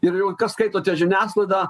ir kas skaitote žiniasklaidą